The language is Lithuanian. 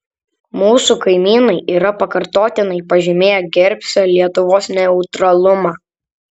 mūsų kaimynai yra pakartotinai pažymėję gerbsią lietuvos neutralumą